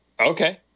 Okay